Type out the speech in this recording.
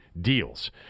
deals